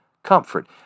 Comfort